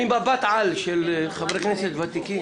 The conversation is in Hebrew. ממבט-על של חבר כנסת ותיק,